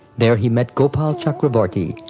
there he met gopal chakravarti,